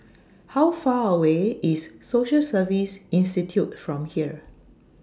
How Far away IS Social Service Institute from here